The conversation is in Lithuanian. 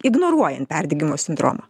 ignoruojant perdegimo sindromą